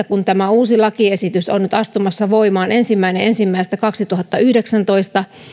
kun tämä uusi lakiesitys on nyt astumassa voimaan ensimmäinen ensimmäistä kaksituhattayhdeksäntoista